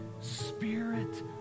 Spirit